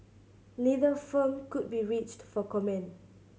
neither firm could be reached for comment